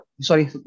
Sorry